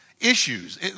issues